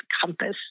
compass